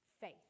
faith